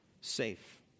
safe